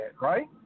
Right